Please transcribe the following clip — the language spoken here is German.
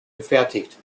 gefertigt